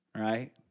right